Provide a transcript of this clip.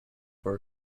for